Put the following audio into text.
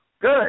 Good